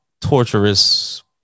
torturous